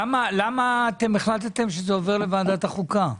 למה אתם החלטתם שזה עובר לוועדת החוקה?